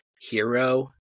hero